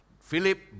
Philip